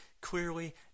Clearly